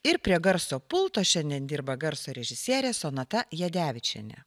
ir prie garso pulto šiandien dirba garso režisierė sonata jadevičienė